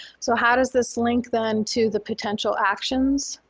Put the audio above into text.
so how does this link then to the potential actions?